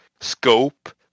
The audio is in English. scope